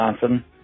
Johnson